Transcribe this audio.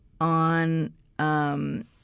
on—